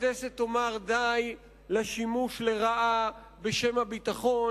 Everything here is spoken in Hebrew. הכנסת תאמר די לשימוש לרעה בשם הביטחון.